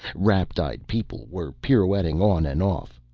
rapt-eyed people were pirouetting on and off.